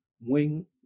wing